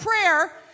prayer